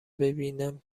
ببینیم